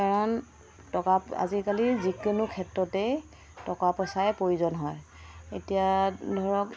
কাৰণ টকা আজিকালি যিকোনো ক্ষেত্ৰতেই টকা পইচাই প্ৰয়োজন হয় এতিয়া ধৰক